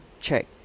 check